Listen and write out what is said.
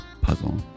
puzzle